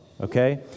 okay